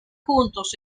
juntos